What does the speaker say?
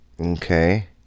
okay